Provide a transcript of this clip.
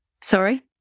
Sorry